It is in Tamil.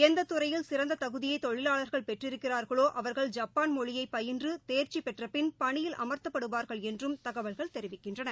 எந்த துறையில் சிறந்த தகுதியை தொழிலாளர்கள் பெற்றிருக்கிறார்களோ அவர்கள் ஜப்பான் மொழியை பயின்று தேர்ச்சி பெற்ற பின் பணியில் அமர்த்தப்படுவார்கள் என்றும் தகவல்கள் தெரிவிக்கின்றன